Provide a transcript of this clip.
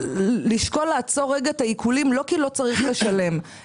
לשקול לעצור את העיקולים לא כי לא צריך לשלם,